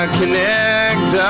connect